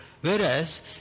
whereas